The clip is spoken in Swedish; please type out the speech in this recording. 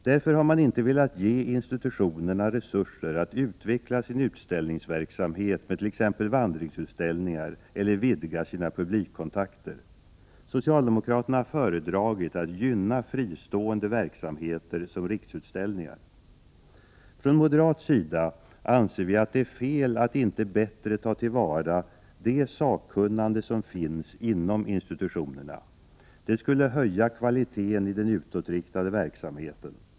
Därför har de inte velat ge institutionerna resurser att utveckla sin utställningsverksamhet med t.ex. vandringsutställningar eller vidga sina publikkontakter. Socialdemokraterna har föredragit att gynna fristående verksamheter såsom Riksutställningar. Från moderat sida anser vi att det är fel att inte bättre ta till vara det sakkunnande som finns inom institutionerna. Det skulle höja kvaliteten i den utåtriktade verksamheten.